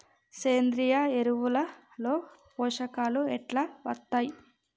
సేంద్రీయ ఎరువుల లో పోషకాలు ఎట్లా వత్తయ్?